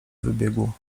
wybiegł